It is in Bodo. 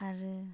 आरो